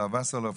השר וסרלאוף,